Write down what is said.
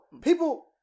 people